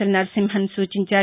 L Narasimhan సూచించారు